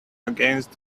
against